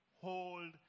hold